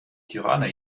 тирана